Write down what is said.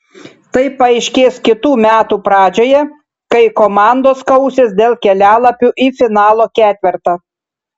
tai paaiškės kitų metų pradžioje kai komandos kausis dėl kelialapių į finalo ketvertą